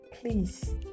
please